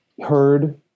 heard